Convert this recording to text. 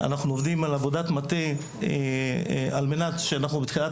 אנחנו עושים עבודת מטה על-מנת שבתחילת